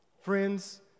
Friends